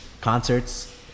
concerts